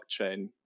blockchain